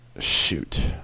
shoot